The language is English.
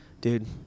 dude